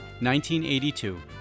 1982